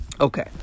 Okay